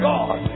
God